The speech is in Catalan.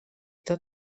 tot